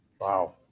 Wow